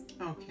okay